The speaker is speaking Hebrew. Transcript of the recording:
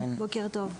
כן, בוקר טוב.